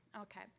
Okay